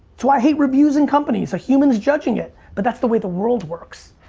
it's why i hate reviews in companies, a human's judging it but that's the way the world works.